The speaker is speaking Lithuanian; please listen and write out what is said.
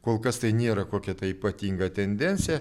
kol kas tai nėra kokia tai ypatinga tendencija